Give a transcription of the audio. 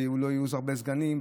ולא יהיו הרבה סגנים,